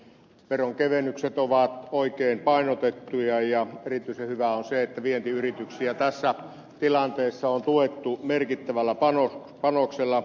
veronkevennykset ovat oikein painotettuja ja erityisen hyvää on se että vientiyrityksiä tässä tilanteessa on tuettu merkittävällä panoksella